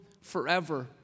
forever